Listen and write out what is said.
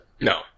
No